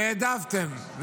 והעדפתם,